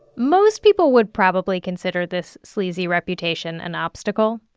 most people would probably consider this sleazy reputation an obstacle,